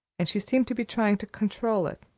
and she seemed to be trying to control it.